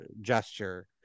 gesture